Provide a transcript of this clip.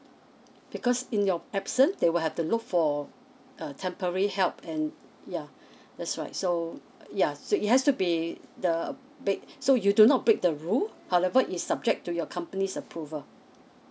because in your absence they will have to look for a temporary help and yeah that's right so ya so it has to be the big so you do not break the rule however is subject to your company's approval